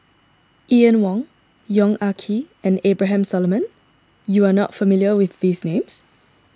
Ian Woo Yong Ah Kee and Abraham Solomon you are not familiar with these names